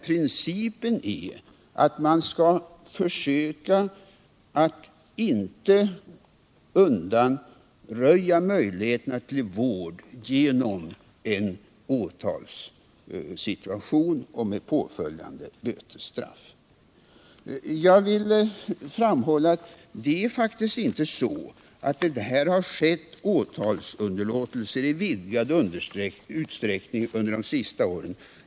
Principen är där att man skall försöka att inte undanröja möjligheterna till vård genom en åtalssituation med påföljande bötesstraff. Jag vill framhålla att det faktiskt inte har skett åtalsunderlåtelse i vidgad utsträckning under de senaste åren.